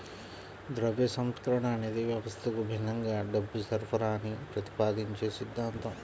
ద్రవ్య సంస్కరణ అనేది వ్యవస్థకు భిన్నంగా డబ్బు సరఫరాని ప్రతిపాదించే సిద్ధాంతం